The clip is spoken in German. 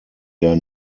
der